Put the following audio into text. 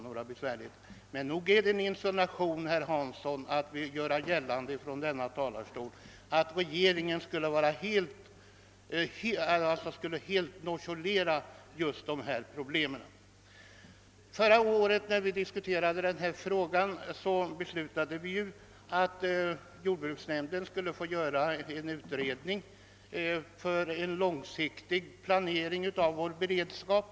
Nog är det en insinuation, herr Hansson, att från denna talarstol göra gällande att regeringen helt skulle nonchalera dessa problem. När vi förra året diskuterade denna fråga beslutade vi att jordbruksnämnden skulle få göra en utredning för en långsiktig planering av vår beredskap.